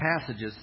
passages